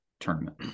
tournament